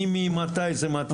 ממתי זה מתחיל.